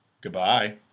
Goodbye